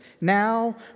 now